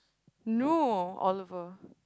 no Oliver